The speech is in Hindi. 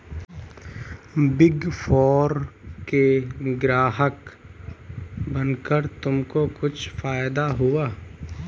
बिग फोर के ग्राहक बनकर तुमको कुछ फायदा हुआ?